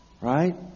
right